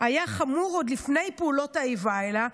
היה חמור עוד לפני פעולות האיבה האלה,